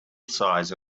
size